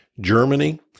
Germany